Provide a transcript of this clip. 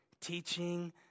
teaching